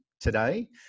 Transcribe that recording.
today